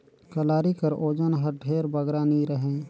कलारी कर ओजन हर ढेर बगरा नी रहें